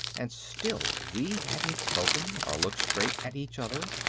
and still we hadn't spoken or looked straight at each other,